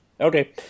Okay